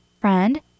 friend